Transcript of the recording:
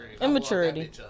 immaturity